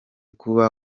kuba